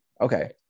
Okay